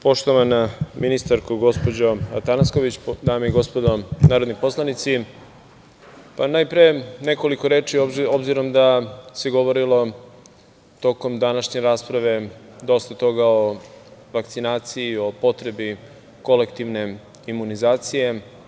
Poštovana ministarko gospođo Atanasković, dame i gospodo narodni poslanici, najpre nekoliko reči, s obzirom da se govorilo tokom današnje rasprave dosta toga o vakcinaciji, o potrebi kolektivne imunizacije.